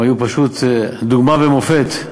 הם היו פשוט דוגמה ומופת.